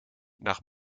nach